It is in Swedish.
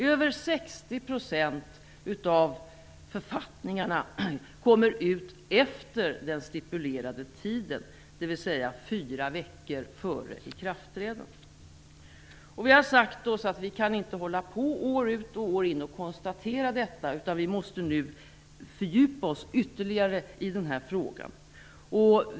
Över 60 % av författningarna ges ut efter den stipulerade tiden, dvs. fyra veckor före ikraftträdandet. Vi har sagt oss att vi inte kan hålla på år ut och år in att konstatera detta, utan vi måste nu fördjupa oss ytterligare i den här frågan.